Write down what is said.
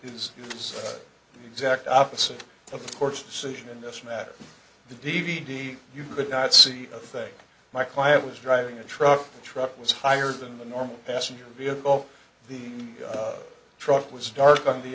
is the exact opposite of the court's decision in this matter the d v d you could not see a thing my client was driving a truck truck was higher than the normal passenger vehicle the truck was dark on the